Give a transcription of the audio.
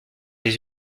les